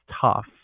tough